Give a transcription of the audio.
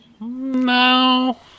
No